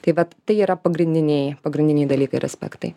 tai vat tai yra pagrindiniai pagrindiniai dalykai ir aspektai